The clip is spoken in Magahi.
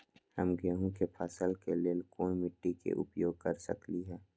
हम गेंहू के फसल के लेल कोन मिट्टी के उपयोग कर सकली ह?